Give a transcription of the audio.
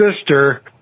sister